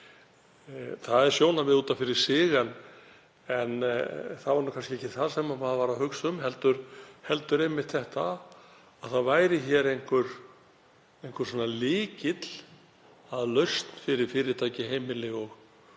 Það er sjónarmið út af fyrir sig. En það var nú kannski ekki það sem maður var að hugsa um heldur einmitt að hér væri einhver lykill að lausn fyrir fyrirtæki og heimili